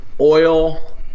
oil